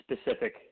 specific